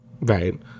Right